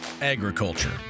agriculture